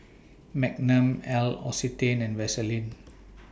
Magnum L'Occitane and Vaseline